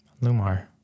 lumar